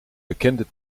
bekende